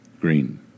Green